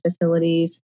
facilities